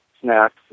snacks